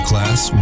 Class